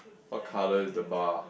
what colour is the bar